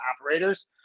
operators